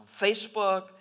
Facebook